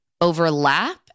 overlap